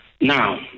Now